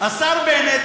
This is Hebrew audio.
השר בנט,